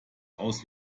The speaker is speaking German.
aus